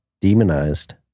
demonized